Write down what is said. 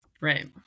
right